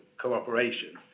cooperation